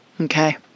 Okay